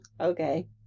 Okay